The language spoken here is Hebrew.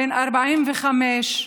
בן 45,